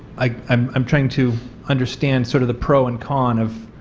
i am trying to understand sort of the pro and con of